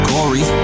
Corey